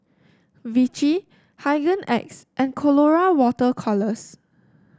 Vichy Hygin X and Colora Water Colours